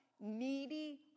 Needy